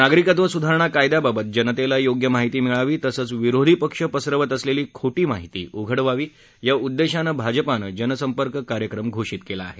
नागरिकत्व सुधारणा कायद्याबाबत जनतेला योग्य महिती मिळावी तसंच विरोधी पक्ष पसरवत असलेली खोटी माहिती उघड व्हावी या उद्देशान भाजपान जनसपर्क कार्यक्रम घोषित केला आहे